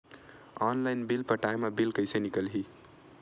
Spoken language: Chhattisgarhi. ऑनलाइन बिल पटाय मा बिल कइसे निकलही?